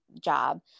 job